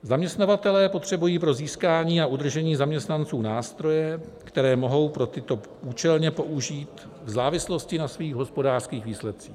Zaměstnavatelé potřebují pro získání a udržení zaměstnanců nástroje, které mohou pro tyto účelně použít v závislosti na svých hospodářských výsledcích.